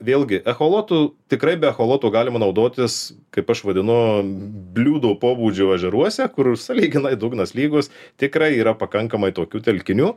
vėlgi echolotų tikrai be echoloto galima naudotis kaip aš vadinu bliūdo pobūdžio ežeruose kur sąlyginai dugnas lygus tikrai yra pakankamai tokių telkinių